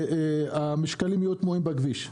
המשקלים בכביש.